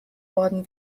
worden